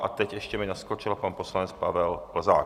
A teď mi ještě naskočil pan poslanec Pavel Plzák.